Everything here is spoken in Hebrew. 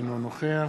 אינו נוכח